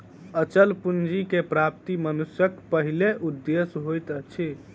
अचल पूंजी के प्राप्ति मनुष्यक पहिल उदेश्य होइत अछि